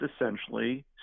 essentially